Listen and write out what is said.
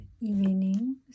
evening